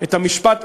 את המשפט,